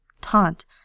taunt